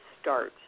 start